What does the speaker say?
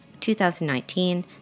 2019